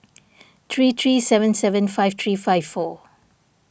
three three seven seven five three five four